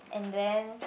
and then